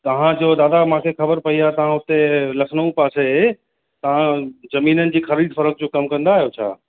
तव्हांजो दादा मांखे ख़बर पेई आहे तव्हां हुते लखनऊ पासे तव्हां ज़मीननि जी ख़रीद फ़रोक्त जो कमु कंदा आहियो छा